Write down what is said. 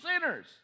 sinners